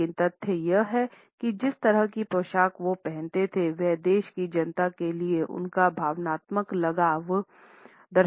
लेकिन तथ्य यह है कि जिस तरह की पोशाक वह पेहेनते थे वह देश की जनता के लिए उनका भावनात्मक लगाव दर्शाता था